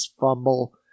fumble